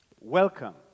Welcome